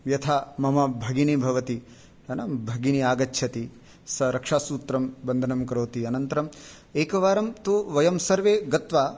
यथा मम भगिनी भवति नाम भगिनी आगच्छति सा रक्षासूत्रं बन्धनं करोति अनन्तरम् एकवारं तु वयं सर्वे गत्वा